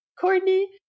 Courtney